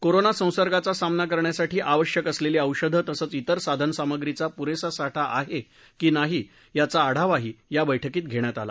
corona संसर्गाचा सामना करण्यासाठी आवश्यक असलेली औषधं तसच ब्रिर साधनसामग्रीचा पुरेसा साठा आहे की नाही याचा आढावाही या बैठकीत घेण्यात आला